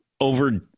over